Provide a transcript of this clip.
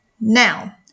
Now